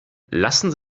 lassen